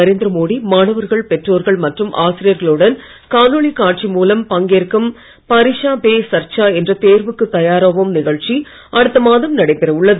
நரேந்திர மோடி மாணவர்கள் பெற்றோர்கள் மற்றும் ஆசிரியர்களுடன் காணொளி காட்சி மூலம் பங்கேற்கும பரிக்ஷா பே சர்ச்சா என்ற தேர்வுக்கு தயாராவோம் நிகழ்ச்சி அடுத்த மாதம் நடைபெற உள்ளது